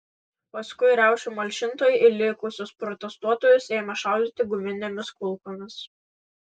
paskui riaušių malšintojai į likusius protestuotojus ėmė šaudyti guminėmis kulkomis